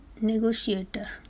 negotiator